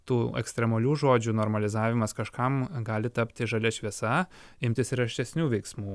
tų ekstremalių žodžių normalizavimas kažkam gali tapti žalia šviesa imtis griežtesnių veiksmų